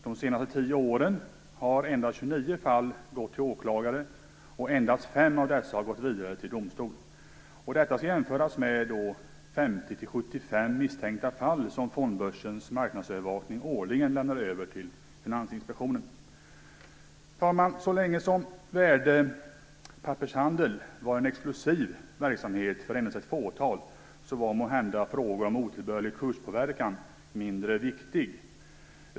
De senaste tio åren har endast 29 fall gått till åklagare, och endast 5 av dessa har gått vidare till domstol. Detta skall jämföras med de 50-75 misstänkta fall som Fondbörsens marknadsövervakning årligen överlämnar till Finansinspektionen. Herr talman! Så länge värdepappershandel var en exklusiv verksamhet för ett litet fåtal var måhända frågan om otillbörlig kurspåverkan mindre viktig.